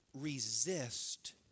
resist